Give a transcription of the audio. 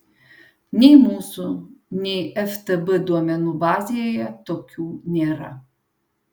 nei mūsų nei ftb duomenų bazėje tokių nėra